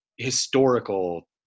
Historical